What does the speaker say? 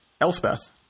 Elspeth